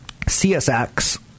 CSX